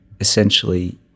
essentially